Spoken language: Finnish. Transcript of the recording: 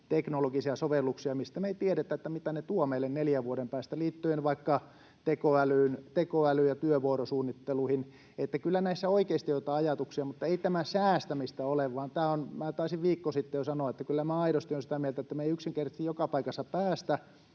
teknologisia sovelluksia, mistä me ei tiedetä, mitä ne tuovat meille neljän vuoden päästä liittyen vaikka tekoälyyn ja työvuorosuunnitteluihin. Kyllä näissä oikeasti on jotain ajatuksia, mutta ei tämä säästämistä ole, vaan tämä on… Minä taisin viikko sitten jo sanoa, että kyllä minä aidosti olen sitä mieltä, että me ei yksinkertaisesti joka paikassa päästä